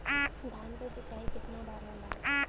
धान क सिंचाई कितना बार होला?